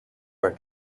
are